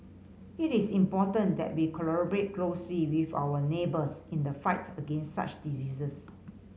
it is important that we collaborate closely with our neighbours in the fight against such diseases